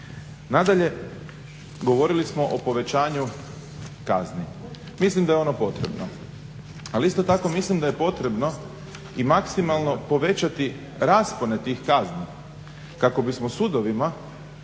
Nadalje, govorili smo o povećanju kazni. Mislim da je ono potrebno. Ali isto tako mislim da je potrebno i maksimalno povećati raspone tih kazni kako bismo sudovima